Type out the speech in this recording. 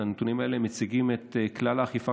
הנתונים האלה מציגים את כלל האכיפה